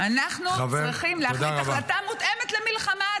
--- אנחנו צריכים להחליט החלטה מותאמת למלחמה,